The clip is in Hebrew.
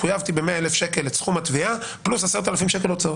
חויבתי ב-100,000 שקל את סכום התביעה פלוס 10,000 שקל הוצאות.